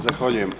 Zahvaljujem.